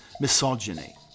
misogyny